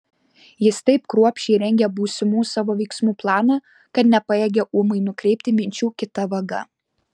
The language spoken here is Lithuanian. jis taip kruopščiai rengė būsimų savo veiksmų planą kad nepajėgė ūmai nukreipti minčių kita vaga